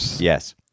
Yes